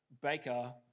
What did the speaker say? baker